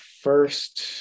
first